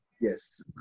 Yes